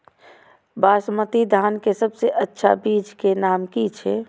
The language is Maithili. बासमती धान के सबसे अच्छा बीज के नाम की छे?